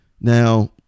Now